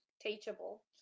Teachable